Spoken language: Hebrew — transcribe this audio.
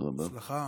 בהצלחה.